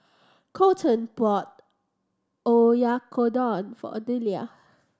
Coleton bought Oyakodon for Odelia